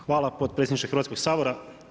Hvala potpredsjedniče Hrvatskog sabora.